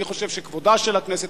אני חושב שכבודה של הכנסת,